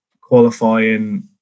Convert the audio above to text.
Qualifying